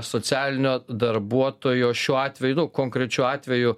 socialinio darbuotojo šiuo atveju nu konkrečiu atveju